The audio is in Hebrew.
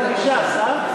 בבקשה.